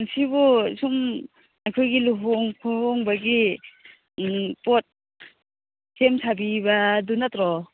ꯁꯤꯕꯨ ꯁꯨꯝ ꯑꯩꯈꯣꯏꯒꯤ ꯂꯨꯍꯣꯡ ꯈꯣꯡꯗꯣꯡꯕꯒꯤ ꯄꯣꯠ ꯁꯦꯝ ꯁꯥꯕꯤꯕꯗꯨ ꯅꯠꯇ꯭ꯔꯣ